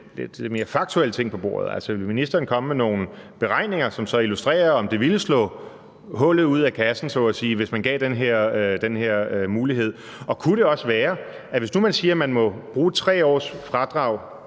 lidt mere faktuelle ting på bordet? Altså, vil ministeren komme med nogle beregninger, som så illustrerer, om det ville slå hul i kassen, så at sige, hvis man gav den her mulighed? Så kunne det også være – hvis nu man siger, at man må bruge 3 års fradrag